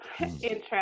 Interesting